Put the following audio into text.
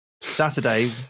Saturday